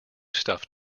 stuff